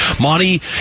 Monty